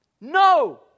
No